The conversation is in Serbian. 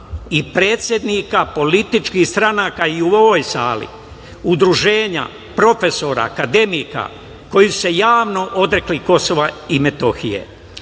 i predsednika političkih stranaka i u ovoj sali, udruženja, profesora, akademika, koji su se javno odrekli Kosova i Metohije.